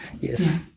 yes